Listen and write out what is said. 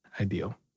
ideal